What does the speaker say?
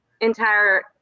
entire